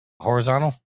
horizontal